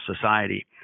society